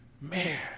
man